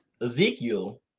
Ezekiel